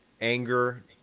anger